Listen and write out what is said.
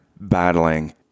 battling